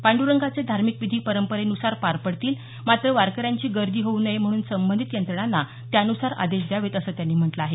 पांडरंगाचे धार्मिक विधी पंरपरेनुसार पार पडतील मात्र वारकऱ्यांची गर्दी होऊ नये म्हणून संबंधित यंत्रणांना त्यानुसार आदेश द्यावेत असं त्यांनी म्हटलं आहे